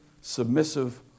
submissive